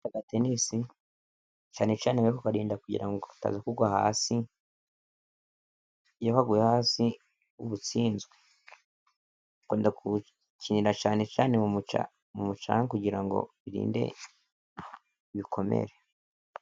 Agatenisi cyane cyane uba uri kukarinda kugira ngo kataza kugwa hasi. Iyo kaguye hasi uba utsinzwe. Bakunda kugakinira cyane cyane mu mucanga kugirango birinde ibikomere.